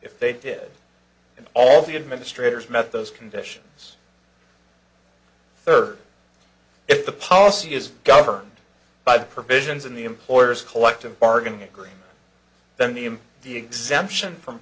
if they did and all the administrators met those conditions third if the policy is governed by the provisions in the employer's collective bargaining agreement then the in the exemption from